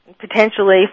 potentially